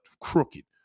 crooked